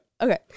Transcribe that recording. Okay